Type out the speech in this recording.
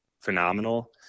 phenomenal